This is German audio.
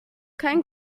kein